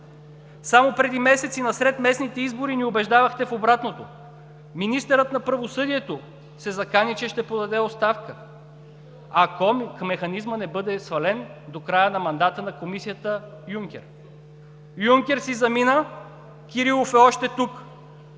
Само преди месеци, насред местните избори ни убеждавахте в обратното. Министърът на правосъдието се закани, че ще подаде оставка, ако механизмът не бъде свален до края на мандата на Комисията Юнкер. Юнкер си замина – Кирилов е още тук!